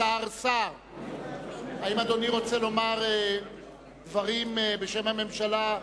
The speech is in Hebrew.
השר סער, האם אדוני רוצה לומר דברים בשם הממשלה?